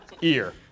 ear